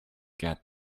get